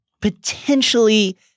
potentially